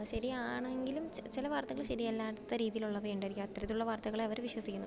ശരിയാണെങ്കിലും ചില വർത്തകൾ ശരി അല്ലാത്ത രീതിയിലുള്ളവയുണ്ടായിരിക്കും അത്തരത്തിലുള്ള വാർത്തകളെ അവർ വിശ്വസിക്കുന്നു